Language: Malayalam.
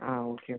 ആ ഓക്കെ